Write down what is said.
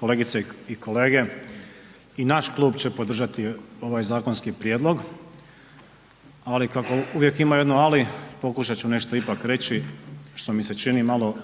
kolegice i kolege i naš klub će podržati ovaj zakonski prijedlog, ali kako uvijek ima jedno ali, pokušat ću nešto ipak reći što mi se čini malo